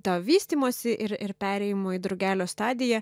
tą vystymosi ir ir perėjimo į drugelio stadiją